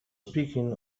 speaking